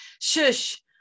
shush